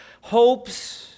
hopes